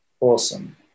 Awesome